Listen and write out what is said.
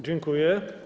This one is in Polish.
Dziękuję.